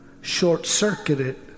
short-circuited